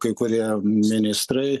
kai kurie ministrai